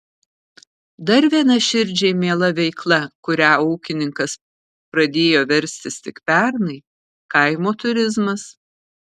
dar viena širdžiai miela veikla kuria ūkininkas pradėjo verstis tik pernai kaimo turizmas